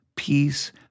peace